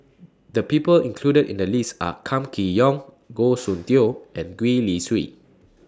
The People included in The list Are Kam Kee Yong Goh Soon Tioe and Gwee Li Sui